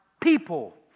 people